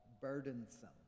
burdensome